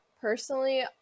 personally